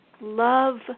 Love